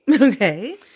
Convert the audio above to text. Okay